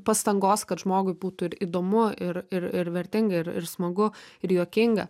pastangos kad žmogui būtų ir įdomu ir ir vertinga ir ir smagu ir juokinga